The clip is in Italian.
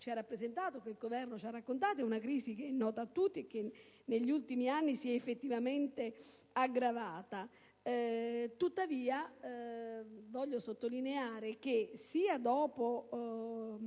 ci ha rappresentato, che il Governo ci ha raccontato è nota a tutti e negli ultimi anni si è effettivamente aggravata. Tuttavia, vorrei sottolineare che, dopo